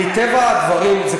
מטבע הדברים,